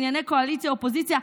ענייני קואליציה ואופוזיציה,